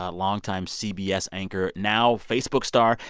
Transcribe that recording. ah long-time cbs anchor, now facebook star,